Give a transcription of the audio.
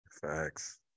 Facts